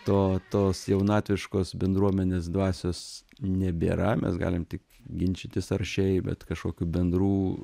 to tos jaunatviškos bendruomenės dvasios nebėra mes galim tik ginčytis ar šiaip bet kažkokių bendrų